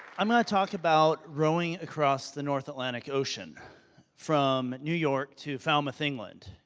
i'm going to talk about rowing across the north atlantic ocean from new york to thalamus, england.